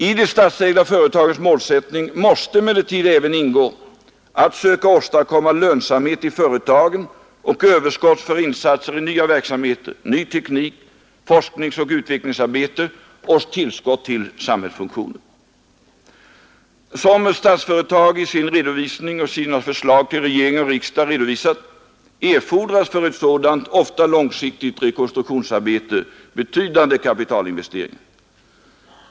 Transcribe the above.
I de statsägda företagens målsättning måste emellertid även ingå att söka åstadkomma lönsamhet i företagen och överskott för insatser i nya verksamheter, ny teknik, forskningsoch utvecklingsarbete och tillskott till samhällsfunktionerna. Som Statsföretag i sin redovisning och i sina förslag till regering och riksdag redovisat erfordras för ett sådant ofta långsiktigt rekonstruktionsarbete betydande kapitalinvesteringar.